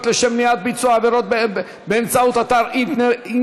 לשם מניעת ביצוע עבירות באמצעות אתר אינטרנט,